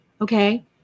Okay